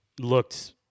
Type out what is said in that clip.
looked